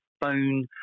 phone